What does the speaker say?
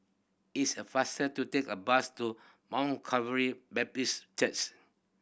it's a faster to take a bus to Mount Calvary Baptist Church